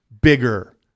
bigger